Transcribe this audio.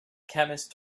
chemist